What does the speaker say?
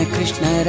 Krishna